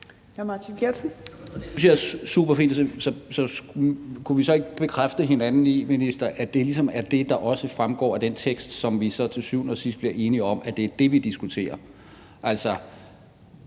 jeg er super fint. Kunne vi så ikke bekræfte hinanden i, at det ligesom er det, der også fremgår af den tekst, som vi til syvende og sidst bliver enige om, altså at det er dét, vi diskuterer?